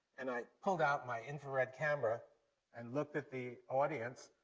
and i pulled out my infrared camera and looked at the audience,